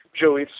joey